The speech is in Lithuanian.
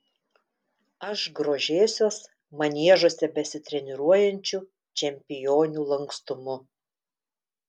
aš grožėsiuos maniežuose besitreniruojančių čempionių lankstumu